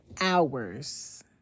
hours